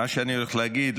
מה שאני הולך להגיד,